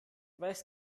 weiß